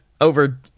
over